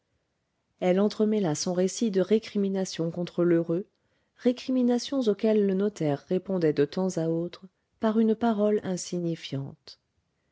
elle entremêla son récit de récriminations contre lheureux récriminations auxquelles le notaire répondait de temps à autre par une parole insignifiante